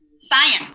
Science